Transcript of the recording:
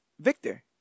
Victor